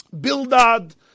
Bildad